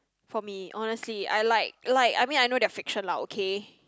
for me honestly I like like I mean I know they are fiction lah okay